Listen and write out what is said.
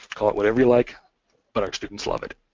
call it whatever you like but our students love it.